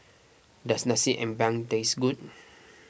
does Nasi Ambeng taste good